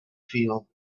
feel